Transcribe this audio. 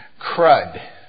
Crud